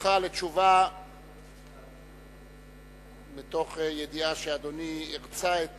זכותך לתשובה, מתוך ידיעה שאדוני הרצה את